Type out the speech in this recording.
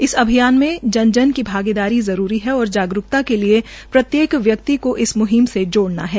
इस अभियान मे जन जन की भागीदारी जरूरी है और जागरूक्ता के लिये प्रत्येक व्यक्ति को इस म्हिम में जोडना है